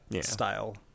style